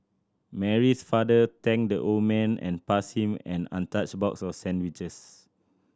Mary's father thanked the old man and passed him an untouched box of sandwiches